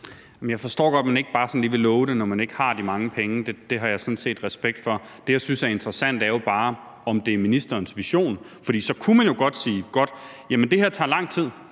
Jeg forstår godt, at man ikke bare sådan lige vil love det, når man ikke har de mange penge. Det har jeg sådan set respekt for. Det, jeg synes er interessant, er jo bare, om det er ministerens vision. For så kunne man jo godt sige, at godt, jamen det her tager lang tid,